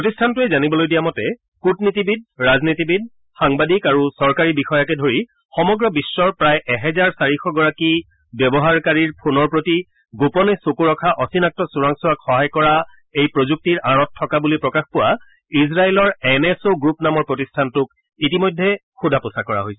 প্ৰতিষ্ঠানটোৱে জানিবলৈ দিয়া মতে কুটনীতিবিদ ৰাজনীতিবিদ সাংবাদিক আৰু চৰকাৰী বিষয়াকে ধৰি সমগ্ৰ বিশ্বৰ প্ৰায় এহেজাৰ চাৰিশ গৰাকী ব্যৱহাৰকাৰীৰ ফোনৰ প্ৰতি গোপনে চকু ৰখা অচিনাক্ত চোৰাংচোৱাক সহায় কৰা এই প্ৰযুক্তিৰ আঁৰত থকা বুলি প্ৰকাশ পোৱা ইজৰাইলৰ এন এছ অ' গ্ৰুপ নামৰ প্ৰতিষ্ঠানটোক ইতিমধ্যে সোধা পোছা কৰা হৈছে